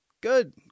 Good